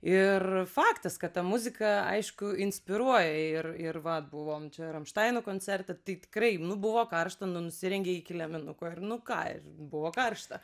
ir faktas kad ta muzika aišku inspiruoja ir ir va buvom čia ramštainų koncerte tai tikrai nu buvo karšta nu nusirengei iki liemenuko ir nu ką ir buvo karšta